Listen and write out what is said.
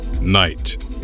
night